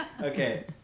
Okay